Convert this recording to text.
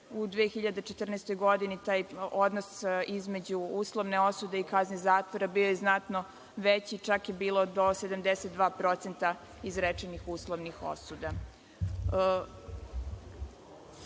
u 2014. godini taj odnos između uslovne osude i kazne zatvora je bio znatno veći, čak do 72% izrečenih uslovnih osuda. Što